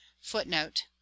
footnote